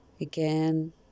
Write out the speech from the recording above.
Again